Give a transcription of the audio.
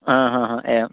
आ हा हा एवम्